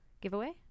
giveaway